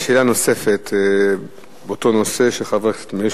שאלה נוספת באותו נושא של חבר הכנסת מאיר שטרית